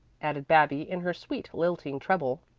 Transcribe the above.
added babbie in her sweet, lilting treble.